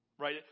right